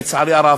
לצערי הרב,